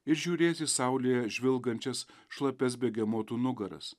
ir žiūrės į saulėje žvilgančias šlapias begemotų nugaras